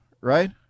right